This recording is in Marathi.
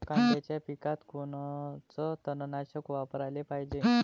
कांद्याच्या पिकात कोनचं तननाशक वापराले पायजे?